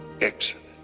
excellent